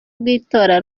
rw’itora